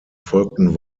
folgten